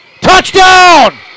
touchdown